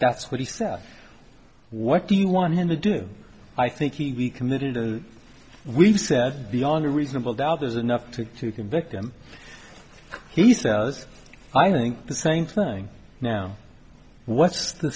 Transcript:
that's what he said what do you want him to do i think he committed and we've said beyond a reasonable doubt there's enough to to convict him he says i think the same thing now what's th